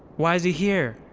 why is he here?